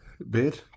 Bed